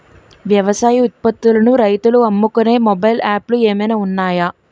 వ్యవసాయ ఉత్పత్తులను రైతులు అమ్ముకునే మొబైల్ యాప్ లు ఏమైనా ఉన్నాయా?